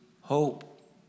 hope